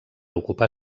ocupar